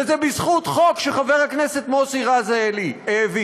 וזה בזכות חוק שחבר כנסת מוסי רז העביר.